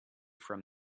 from